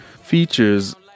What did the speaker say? features